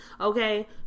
Okay